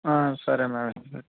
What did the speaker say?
సరే మేడం